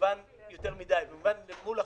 במובן של יותר מדיי, במובן של אל מול החוק.